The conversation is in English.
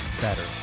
better